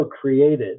created